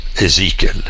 Ezekiel